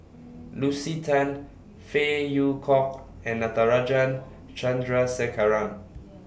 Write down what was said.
Lucy Tan Phey Yew Kok and Natarajan Chandrasekaran